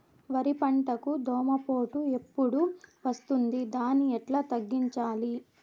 వరి పంటకు దోమపోటు ఎప్పుడు వస్తుంది దాన్ని ఎట్లా తగ్గించాలి?